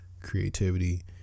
creativity